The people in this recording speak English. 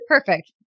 Perfect